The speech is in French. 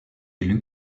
élue